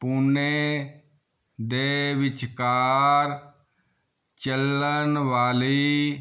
ਪੂਨੇ ਦੇ ਵਿਚਕਾਰ ਚੱਲਣ ਵਾਲੀ